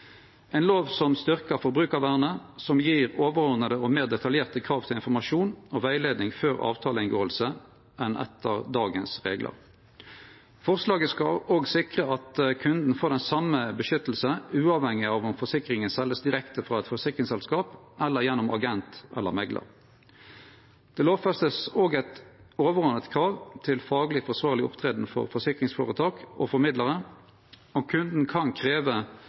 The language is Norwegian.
ein lov som styrkjer forbrukarvernet, og som gjev overordna og meir detaljerte krav til informasjon og rettleiing før avtaleinngåing enn slik det er etter dagens reglar. Forslaget skal òg sikre at kunden får den same beskyttelsen uavhengig av om forsikringa vert seld direkte frå eit forsikringsselskap eller gjennom agent eller meklar. Det vert òg lovfesta eit overordna krav til fagleg forsvarleg framferd for forsikringsføretak og formidlarar, og kunden kan krevje